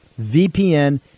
VPN